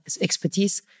expertise